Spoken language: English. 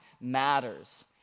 matters